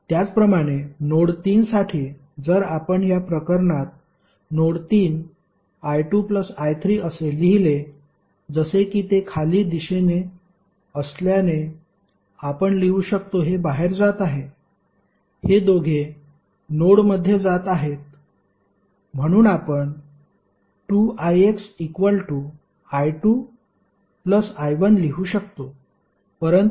त्याचप्रमाणे नोड 3 साठी जर आपण या प्रकरणात नोड 3 I2 I3 असे लिहिले जसे कि ते खाली दिशेने असल्याने आपण लिहू शकतो हे बाहेर जात आहे हे दोघे नोडमध्ये जात आहे म्हणून आपण 2ixI2I1 लिहू शकतो